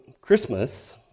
Christmas